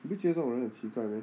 你不觉得这种人很奇怪 meh